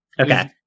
Okay